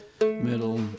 middle